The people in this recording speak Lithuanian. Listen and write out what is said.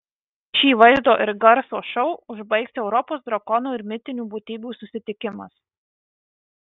šį vaizdo ir garso šou užbaigs europos drakonų ir mitinių būtybių susitikimas